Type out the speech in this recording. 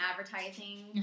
advertising